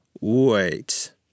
Wait